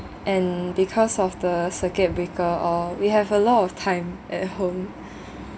and because of the circuit breaker all we have a lot of time at home